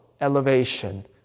elevation